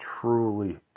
truly